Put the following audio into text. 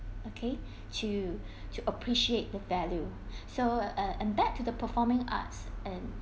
okay to to appreciate the value so uh and back to the performing arts and